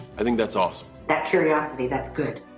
i think that's awesome. that curiosity, that's good,